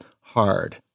hard